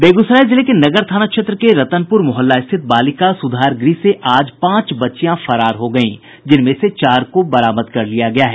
बेगूसराय जिले के नगर थाना क्षेत्र के रतनपूर मोहल्ला स्थित बालिका सुधार गृह से आज पांच बच्चियां फरार हो गयी जिनमें से चार को बरामद कर लिया गया है